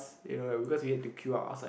you know right because we had to queue up outside